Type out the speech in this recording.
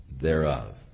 Thereof